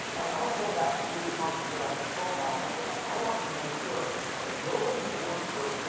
like i had to go back through the companies that i control now and i said i i wanted to make sure that nobody who works for,